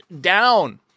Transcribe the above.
down